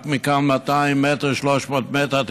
רק 200 מטר, 300 מטר מכאן.